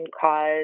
cause